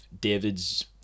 David's